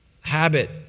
Habit